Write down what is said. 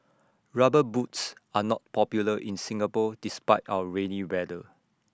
rubber boots are not popular in Singapore despite our rainy weather